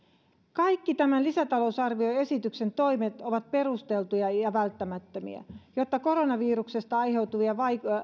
kaikki tämän lisätalousarvioesityksen toimet ovat perusteltuja ja välttämättömiä jotta koronaviruksesta aiheutuvia